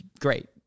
great